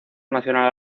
nacional